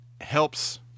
helps